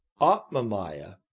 atma-maya